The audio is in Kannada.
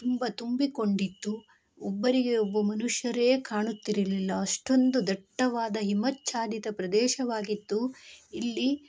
ತುಂಬ ತುಂಬಿಕೊಂಡಿತ್ತು ಒಬ್ಬರಿಗೆ ಒಬ್ಬ ಮನುಷ್ಯರೇ ಕಾಣುತ್ತಿರಲಿಲ್ಲ ಅಷ್ಟೊಂದು ದಟ್ಟವಾದ ಹಿಮಚಾಲಿತ ಪ್ರದೇಶವಾಗಿತ್ತು ಇಲ್ಲಿ